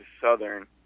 Southern